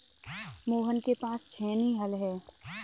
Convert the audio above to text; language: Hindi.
मोहन के पास छेनी हल है